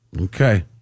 Okay